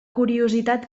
curiositat